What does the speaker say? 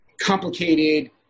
complicated